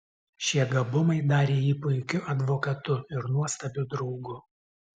šie gabumai darė jį puikiu advokatu ir nuostabiu draugu